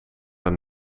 aan